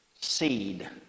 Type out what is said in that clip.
seed